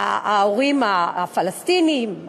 ההורים הפלסטינים,